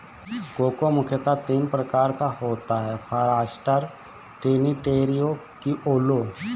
cocoa मुख्यतः तीन प्रकार का होता है फारास्टर, ट्रिनिटेरियो, क्रिओलो